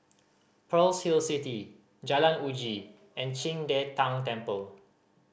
Pearl's Hill City Jalan Uji and Qing De Tang Temple